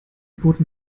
boten